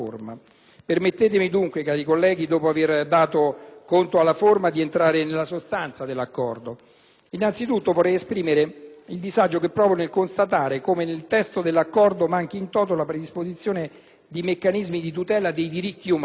Permettetemi dunque, dopo aver dato conto della forma, di entrare nella sostanza dell'Accordo. Innanzitutto vorrei esprimere il disagio che provo nel constatare come nel testo dell'Accordo manchi *in toto* la predisposizione di meccanismi di tutela dei diritti umani.